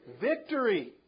Victory